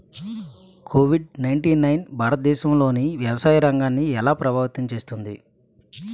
Covid nineteen భారతదేశంలోని వ్యవసాయ రంగాన్ని ఎలా ప్రభావితం చేస్తుంది?